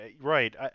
Right